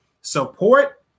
support